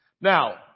Now